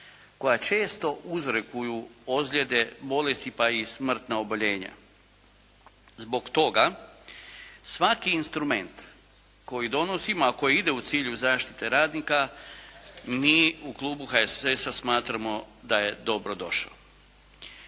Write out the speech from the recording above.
koja često uzrokuju ozljede, bolesti pa i smrtna oboljenja. Zbog toga svaki instrument koji donosimo, a koji ide u cilju zaštite radnika mi u klubu HSS-a smatramo da je dobro došao.